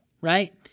right